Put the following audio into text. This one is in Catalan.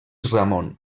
ramon